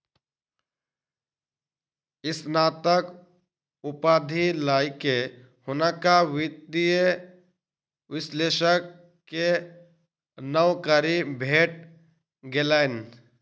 स्नातक उपाधि लय के हुनका वित्तीय विश्लेषक के नौकरी भेट गेलैन